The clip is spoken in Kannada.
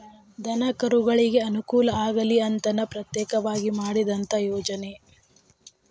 ದನಕರುಗಳಿಗೆ ಅನುಕೂಲ ಆಗಲಿ ಅಂತನ ಪ್ರತ್ಯೇಕವಾಗಿ ಮಾಡಿದಂತ ಯೋಜನೆ